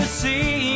see